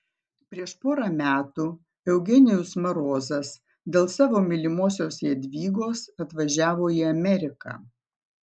prieš porą metų eugenijus marozas dėl savo mylimosios jadvygos atvažiavo į ameriką